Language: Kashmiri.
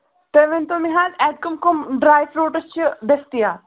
تُہۍ ؤنۍتو مےٚ حظ اَتہِ کَم کَم ڈرٛاے فرٛوٗٹٕز چھِ دٔستِیاب